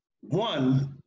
one